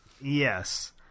Yes